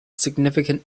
significant